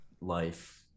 life